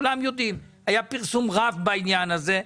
כולם יודעים, היה פרסום רב בעניין הזה.